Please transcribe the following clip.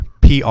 PR